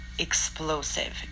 explosive